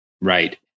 Right